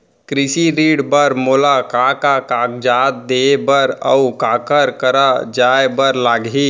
कृषि ऋण बर मोला का का कागजात देहे बर, अऊ काखर करा जाए बर लागही?